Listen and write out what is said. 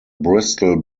bristol